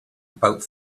about